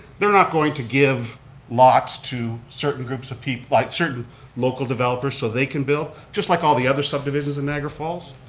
they're not going to give lots to certain groups of people, like certain local developers so they can build, just like all the other subdivisions in niagara falls.